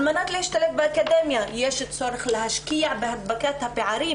על מנת להשתלב באקדמיה יש צורך להשקיע בהדבקת הפערים